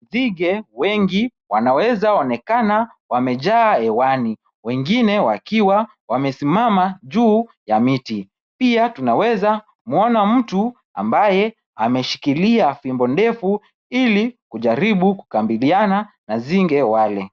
Nzige wengi wanaweza onekana wamejaa hewani, wengine wakiwa wamesimama juu ya miti. Pia tunaweza mwona mtu ambaye ameshikilia fimbo ndefu ili kujaribu kukabiliana nanzige wale.